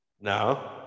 No